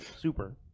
Super